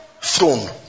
throne